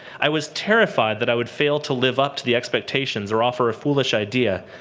i was terrified that i would fail to live up to the expectations or offer a foolish idea.